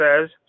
says